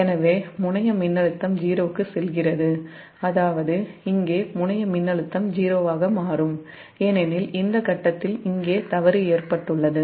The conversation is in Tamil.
எனவே முனையமின்னழுத்தம் '0' க்குச் செல்கிறது அதாவது இங்கே முனைய மின்னழுத்தம் 0 ஆகமாறும் ஏனெனில் இந்த இடத்தில் இங்கே தவறு ஏற்பட்டுள்ளது